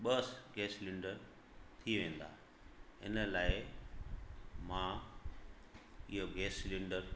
ॿ gas cylinder थी वेंदा इन लाइ मां इहो गैस सिलेंडर